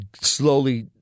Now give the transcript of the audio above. slowly